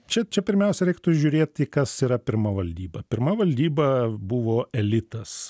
čia čia pirmiausia reiktų žiūrėti kas yra pirma valdyba pirma valdyba buvo elitas